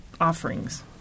offerings